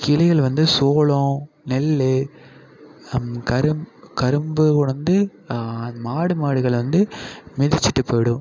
கிளிகள் வந்து சோளம் நெல் கரும் கரும்பு வந்து மாடு மாடுகள் வந்து மிதிச்சுட்டு போய்விடும்